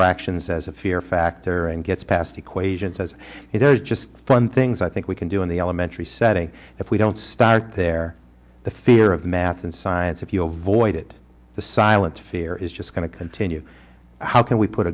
fractions as a fear factor and gets passed equations as it does just fun things i think we can do in the elementary setting if we don't start there the fear of math and science if you avoid it the silent fear is just going to continue how can we put